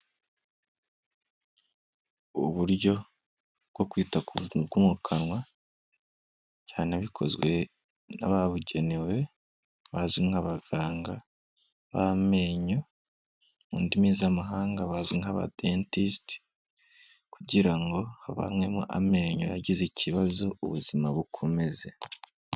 Uburyo bwo kwita ku bwo mu kanwa cyane bikozwe n'ababugenewe bazwi nk'abaganga b'amenyo, mu ndimi z'amahanga bazwi nk'abadetisite kugira ngo havanwemo amenyo yagize ikibazo ubuzima bukomeze.